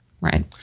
Right